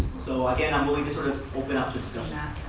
so again i'm willing to sort of open up to to so matt